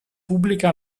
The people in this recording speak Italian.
pubblica